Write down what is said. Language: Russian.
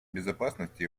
безопасности